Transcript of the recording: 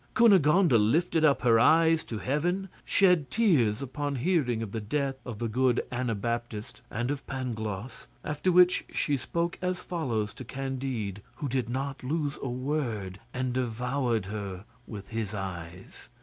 cunegonde lifted up her eyes to heaven shed tears upon hearing of the death of the good anabaptist and of pangloss after which she spoke as follows to candide, who did not lose a word and devoured her with his eyes.